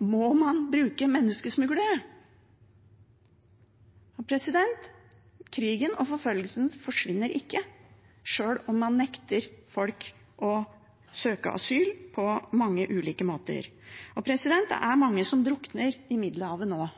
må man bruke menneskesmuglere. Krigen og forfølgelsen forsvinner ikke, sjøl om man nekter folk å søke asyl på mange ulike måter. Det er mange som drukner i Middelhavet nå.